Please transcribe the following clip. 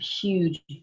huge